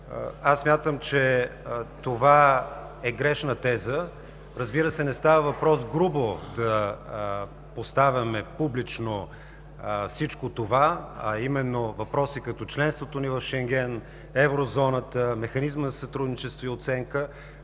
Аз смятам, че това е грешна теза. Разбира се, не става въпрос грубо да поставяме публично всичко това, а именно по въпроси като членството ни в Шенген, еврозоната, механизмът за сътрудничество и оценка,